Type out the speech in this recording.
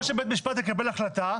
זה כמו שבית משפט יקבל החלטה,